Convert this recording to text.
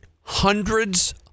Hundreds